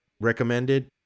recommended